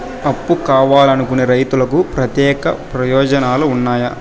అప్పు కావాలనుకునే రైతులకు ప్రత్యేక ప్రయోజనాలు ఉన్నాయా?